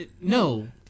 No